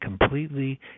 completely